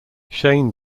shane